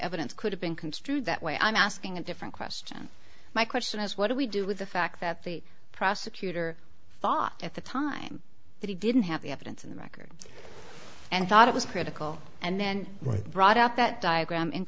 evidence could have been construed that way i'm asking a different question my question is what do we do with the fact that the prosecutor thought at the time that he didn't have the evidence in the record and thought it was critical and then right brought out that diagram